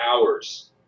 hours